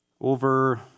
over